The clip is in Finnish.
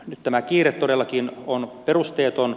nyt tämä kiire todellakin on perusteeton